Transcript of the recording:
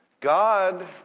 God